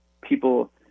people